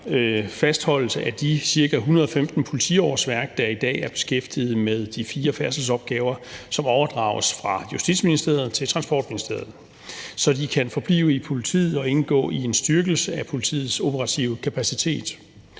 fastholdelse af de cirka 115 politiårsværk, der i dag er beskæftiget med de fire færdselsopgaver, som overdrages fra Justitsministeriet til Transportministeriet, så de kan forblive i politiet og indgå i en styrkelse af politiets operative kapacitet.